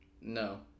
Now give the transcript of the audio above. No